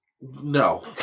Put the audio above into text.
no